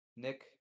nick